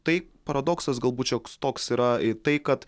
tai paradoksas galbūt šioks toks yra tai kad